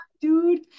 dude